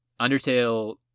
Undertale